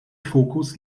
fokus